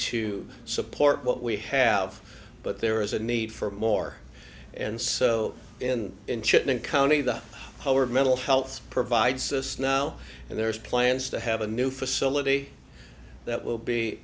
to support what we have but there is a need for more and so in in chipping county the home or mental health provides this now and there's plans to have a new facility that will be